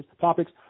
topics